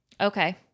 Okay